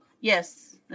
yes